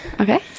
Okay